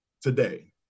today